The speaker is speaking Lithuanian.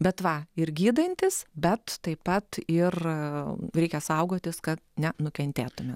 bet va ir gydantis bet taip pat ir reikia saugotis kad nenukentėtumėm